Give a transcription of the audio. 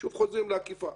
שוב חוזרים לאכיפה.